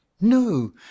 No